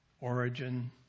origin